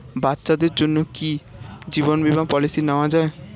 বাচ্চাদের জন্য কি জীবন বীমা পলিসি নেওয়া যায়?